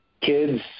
Kids